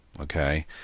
Okay